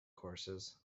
courses